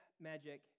magic